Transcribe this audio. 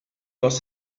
was